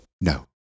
No